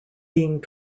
being